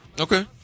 okay